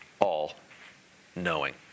all-knowing